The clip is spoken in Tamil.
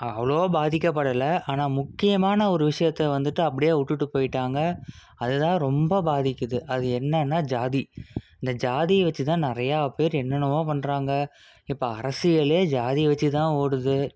அவ்வளோவா பாதிக்கப்படலை ஆனால் முக்கியமான ஒரு விஷயத்த வந்துட்டு அப்படியே விட்டுட்டு போயிட்டாங்க அது தான் ரொம்ப பாதிக்கிது அது என்னென்னா ஜாதி இந்த ஜாதியை வச்சி தான் நிறையா பேர் என்னென்னமோ பண்ணுறாங்க இப்போ அரசியலே ஜாதியை வச்சி தான் ஓடுது